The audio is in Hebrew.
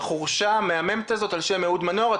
בחורשה המהממת הזאת על שם אהוד מנור,